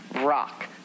rock